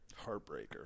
Heartbreaker